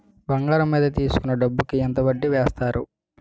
బంగారం మీద తీసుకున్న డబ్బు కి ఎంత వడ్డీ వేస్తారు?